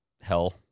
hell